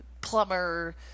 plumber